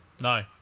No